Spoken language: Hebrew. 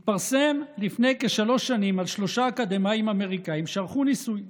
התפרסם לפני כשלוש שנים על שלושה אקדמאים אמריקאים שערכו ניסוי: